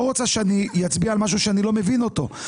רוצה שאני אצביע על משהו שאני לא מבין אותו.